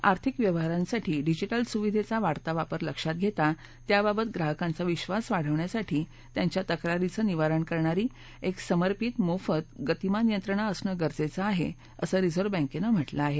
आर्थिक व्यवहारांसाठी डिजिटल सुविधेचा वाढता वापर लक्षात घेता त्याबाबत ग्राहकांचा विक्वास वाढवण्यासाठी त्यांच्या तक्रारीचं निवारण करणारी एक समर्पित मोफत गतिमान यंत्रणा असंण गरजेचं आहे असं रिझर्व्ह बँकेनं म्हटलं आहे